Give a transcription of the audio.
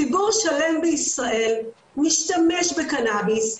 ציבור שלם בישראל משתמש בקנאביס,